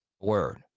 word